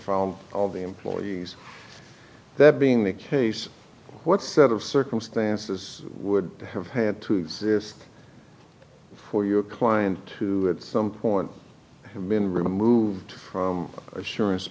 from all the employees that being the case what sort of circumstances would have had to say this for your client to some point have been removed from assurance